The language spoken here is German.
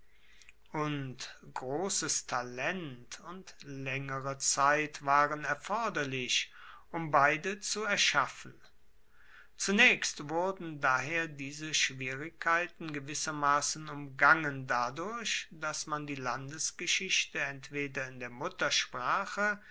und grosses talent und laengere zeit waren erforderlich um beide zu erschaffen zunaechst wurden daher diese schwierigkeiten gewissermassen umgangen dadurch dass man die landesgeschichte entweder in der muttersprache